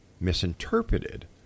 misinterpreted